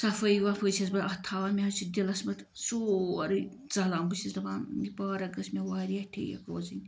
صفٲیی وفٲیی چھس بہٕ اَتھ تھاوان مےٚ حظ چھِ دِلس منٛز سورُے ژَلان بہٕ چھس دَپان یہِ پارک گٔژھ مےٚ واریاہ ٹھیٖک روزٕنۍ